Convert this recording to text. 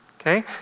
okay